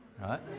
right